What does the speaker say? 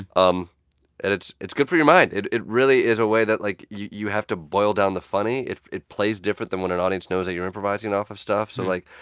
um and it's it's good for your mind. it it really is a way that, like, you have to boil down the funny. it it plays different than when an audience knows that you're improvising off of stuff. so, like,